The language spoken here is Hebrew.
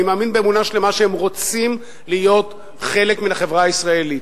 אני מאמין באמונה שלמה שהם רוצים להיות חלק מן החברה הישראלית,